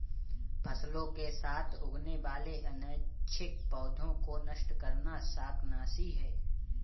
फसलों के साथ उगने वाले अनैच्छिक पौधों को नष्ट करना शाकनाशी है